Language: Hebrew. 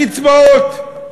הקצבאות.